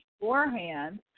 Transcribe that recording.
beforehand